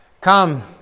Come